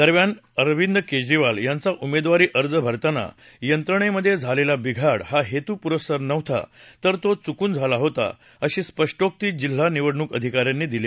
दरम्यान अरविंद केजरीवाल यांचा उमेदवारी अर्ज भरताना यंत्रणेमधे झालेला विघाड हा हेतूपूरस्सर नव्हता तर तो चुकून झाला होता अशी स्पष्टोक्ती जिल्हा निवडणूक अधिकाऱ्यांनी दिली